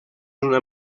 una